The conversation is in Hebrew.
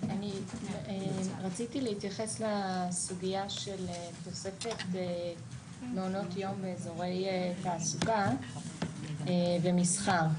רציתי להתייחס לסוגיה של תוספת מעונות יום באיזורי תעסוקה ומסחר.